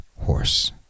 horse